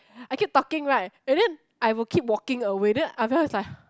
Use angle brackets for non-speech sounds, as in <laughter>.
I keep talking right and then I will keep walking away then Abel is like <noise>